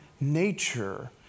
nature